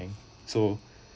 so